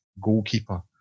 goalkeeper